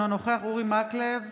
אינו נוכח אורי מקלב,